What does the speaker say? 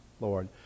Lord